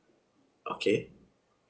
okay